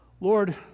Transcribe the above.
Lord